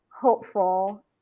hopeful